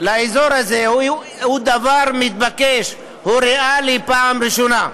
לאזור הזה, היא דבר מתבקש, היא ריאלית פעם ראשונה.